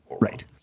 right